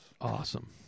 Awesome